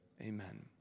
Amen